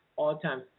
all-time